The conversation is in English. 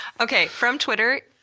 okay, from twitter,